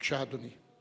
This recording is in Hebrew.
בבקשה, אדוני.